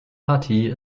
partie